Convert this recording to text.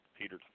Peter